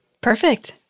Perfect